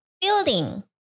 Building